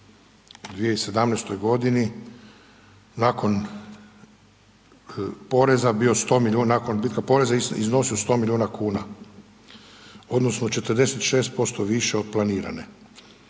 u 2017. godini nakon odbitka poreza iznosio 100 milijuna kuna odnosno 46% više od planirane.